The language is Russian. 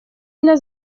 для